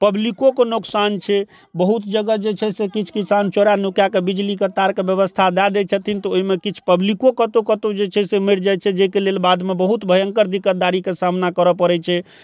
पब्लिकोके नोकसान छै बहुत जगह जे छै से किछु किछु आम चोराय नुकाय कऽ बिजलीके तारके व्यवस्था दै छथिन तऽ ओहिमे किछु पब्लिकोके कतौ कतौ जे छै से मरि जाइ छै जाहिके जे छै से बादमे बहुत भयङ्कर दिक्कतदारीके सामना करऽ पड़ै छै